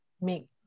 make